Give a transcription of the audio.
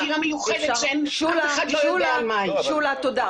שולה, תודה.